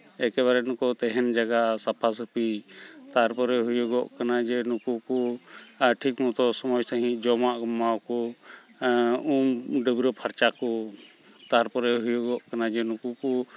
ᱮᱠᱮᱵᱟᱨᱮ ᱱᱩᱠᱩ ᱛᱮᱦᱮᱱ ᱡᱟᱭᱜᱟ ᱥᱟᱯᱟᱼᱥᱟ ᱯᱷᱤ ᱛᱟᱨᱯᱚᱨᱮ ᱦᱩᱭᱩᱜᱚᱜ ᱠᱟᱱᱟ ᱡᱮ ᱱᱩᱠᱩ ᱠᱚ ᱴᱷᱤᱠ ᱢᱚᱛᱚ ᱥᱚᱢᱚᱭ ᱥᱟᱺᱦᱜᱤᱡ ᱡᱚᱢᱟᱜ ᱮᱢᱟᱣᱟᱠᱚ ᱩᱢ ᱰᱟᱹᱵᱽᱨᱟᱹ ᱯᱷᱟᱨᱪᱟ ᱠᱚ ᱛᱟᱨᱯᱚᱨᱮ ᱦᱩᱭᱩᱜᱚᱜ ᱠᱟᱱᱟ ᱡᱮ ᱱᱩᱠᱩ ᱠᱚ